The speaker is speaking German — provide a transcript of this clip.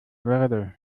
verde